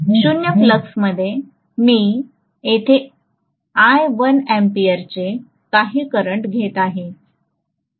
तर 0 फ्लक्समध्येच मी येथे I1 अँपिअरचे काही करंट घेत आहे